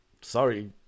Sorry